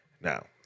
Now